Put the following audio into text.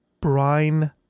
brine